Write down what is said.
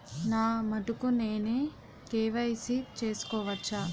నా మటుకు నేనే కే.వై.సీ చేసుకోవచ్చా?